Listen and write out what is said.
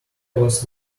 was